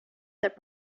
that